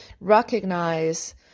recognize